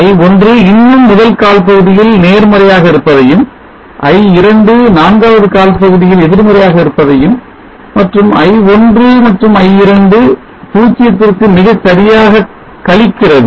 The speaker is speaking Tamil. i1 இன்னும் முதல் கால் பகுதியில் நேர்மறையாக இருப்பதையும் i2 நான்காவது கால் பகுதியில் எதிர்மறையாக இருப்பதையும் மற்றும் i1 மற்றும் i2 0 க்கு மிகச்சரியாக கழிக்கிறது